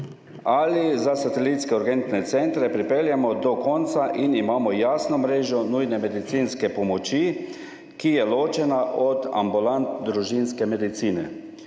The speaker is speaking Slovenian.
ali za satelitske urgentne centre, pripeljemo do konca in imamo jasno mrežo nujne medicinske pomoči, ki je ločena od ambulant družinske medicine.«